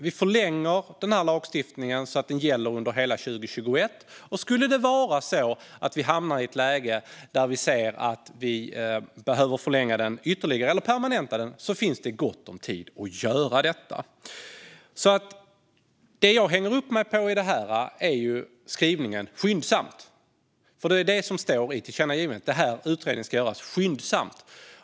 Vi förlänger denna lagstiftning så att den gäller under hela 2021, och skulle vi hamna i ett läge där vi ser att vi behöver förlänga den ytterligare - eller permanenta den - finns det gott om tid att göra det. Det jag hänger upp mig på i detta är skrivningen "skyndsamt". Det står i tillkännagivandet att utredningen ska göras skyndsamt.